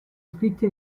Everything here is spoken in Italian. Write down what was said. scritte